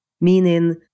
meaning